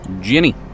Jenny